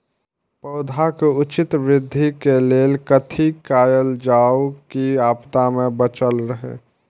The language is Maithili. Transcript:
पौधा के उचित वृद्धि के लेल कथि कायल जाओ की आपदा में बचल रहे?